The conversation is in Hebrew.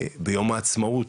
ביום העצמאות,